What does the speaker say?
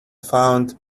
found